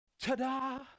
Ta-da